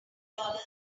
dollars